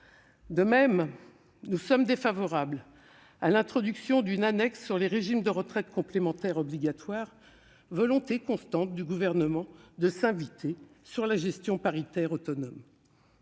De même, nous sommes défavorables à l'introduction d'une annexe sur les régimes de retraite complémentaire obligatoires, volonté constante du Gouvernement de s'inviter sur la gestion paritaire autonome.